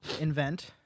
invent